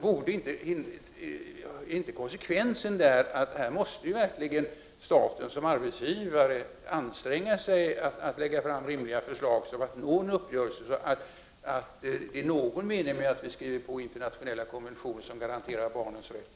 Borde inte konsekvensen bli att staten som arbetsgivare anstränger sig för att lägga fram rimliga förslag, så att man kan nå en uppgörelse och det blir någon mening med att vi skriver under internationella konventioner som garanterar barnens rätt?